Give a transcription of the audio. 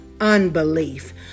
unbelief